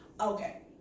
Okay